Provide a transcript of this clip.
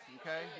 Okay